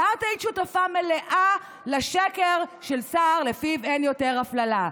ואת היית שותפה מלאה לשקר של סער שלפיו אין יותר הפללה.